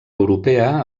europea